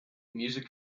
music